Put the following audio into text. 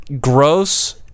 gross